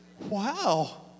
Wow